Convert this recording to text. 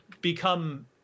become